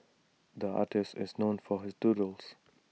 the artist is known for his doodles